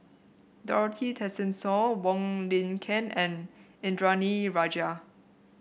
Dorothy Tessensohn Wong Lin Ken and Indranee Rajah